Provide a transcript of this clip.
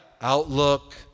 outlook